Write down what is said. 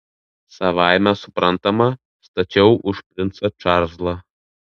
savaime suprantama stačiau už princą čarlzą